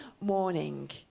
morning